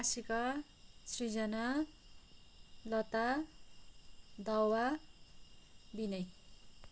Asika Srijana Lata Dawa Vinay